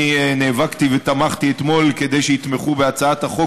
אני נאבקתי ותמכתי אתמול כדי שיתמכו בהצעת החוק